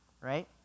right